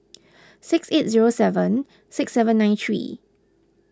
six eight zero seven six seven nine three